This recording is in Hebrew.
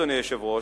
אדוני היושב-ראש,